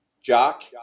Jock